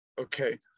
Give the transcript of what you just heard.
okay